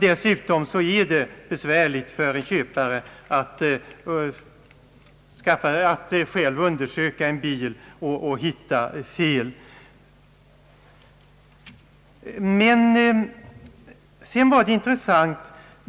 Dessutom är det mycket svårt för en bilköpare att själv undersöka en bil och hitta eventuella fel.